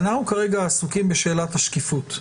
אנחנו כרגע עסוקים בשאלת השקיפות.